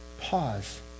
Pause